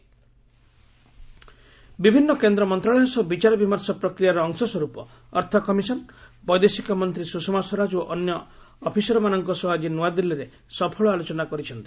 finance commission Sushma ବିଭିନ୍ନ କେନ୍ଦ୍ର ମନ୍ତ୍ରଣାଳୟ ସହ ବିଚାର ବିମର୍ଷ ପ୍ରକ୍ରିୟାର ଅଂଶସ୍ୱର୍ପ ଅର୍ଥ କମିଶନ୍ ବୈଦେଶିକ ମନ୍ତ୍ରୀ ସ୍ରଷମା ସ୍ୱରାଜ ଓ ଅନ୍ୟ ଅଫିସରମାନଙ୍କ ସହ ଆକି ନୁଆଦିଲ୍ଲୀରେ ସଫଳ ଆଲୋଚନା କରିଛନ୍ତି